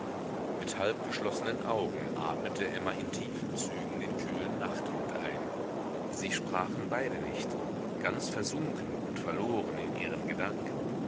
mit halbgeschlossenen augen atmete emma in tiefen zügen den kühlen nachtwind ein sie sprachen beide nicht ganz versunken und verloren in ihre gedanken